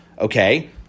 Okay